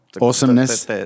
awesomeness